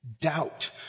Doubt